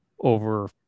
over